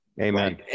amen